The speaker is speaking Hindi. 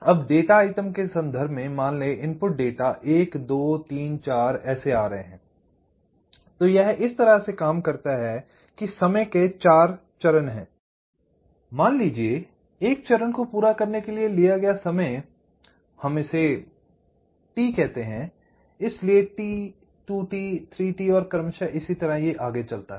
अब डेटा आइटम के संदर्भ में मान लें कि इनपुट डेटा एक दो तीन चार जैसे आ रहे हैं तो यह इस तरह से काम करता है ये समय के चरण हैं मान लीजिए कि एक चरण को पूरा करने के लिए लिया गया समय आइए हम इसे t कहते हैं इसलिए t 2t 3t और क्रमशय इसी तरह ये आगे चलता है